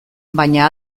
baina